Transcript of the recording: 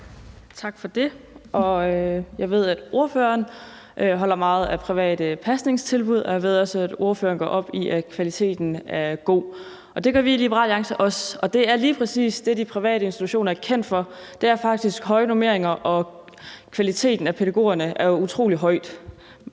Tak for det. Jeg ved, at ordføreren holder meget af private pasningstilbud, og jeg ved også, at ordføreren går op i, at kvaliteten er god. Det gør vi også i Liberal Alliance, og det, de private institutioner er kendt for, er lige præcis høje normeringer, og at kvaliteten af pædagogerne er utrolig høj.